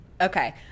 Okay